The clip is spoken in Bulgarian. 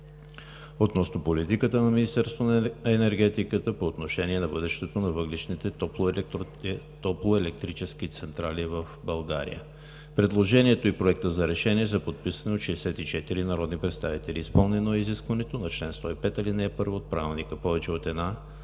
относно политиката на Министерството на енергетиката по отношение на бъдещето на въглищните топлоелектрически централи в България. Предложението и Проекта за решение са подписани от 64 народни представители. Изпълнено е изискването на чл. 105, ал. 1 от Правилника – повече от една